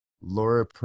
Laura